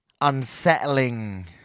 unsettling